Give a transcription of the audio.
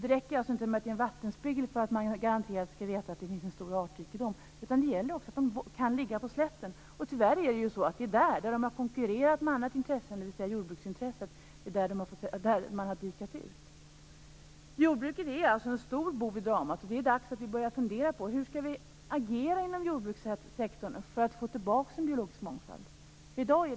Det räcker alltså inte med en vattenspegel för att man garanterat skall veta att det finns en stor artrikedom, utan det gäller också att de ligger på slätten. Och tyvärr är det ju där, där de har konkurrens av andra intressen, dvs. jordbruksintressen, som man har dikat ut. Jordbruket är alltså en stor bov i dramat. Det är dags att vi börjar fundera på hur vi skall agera inom jordbrukssektorn för att få tillbaka en biologisk mångfald.